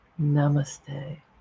Namaste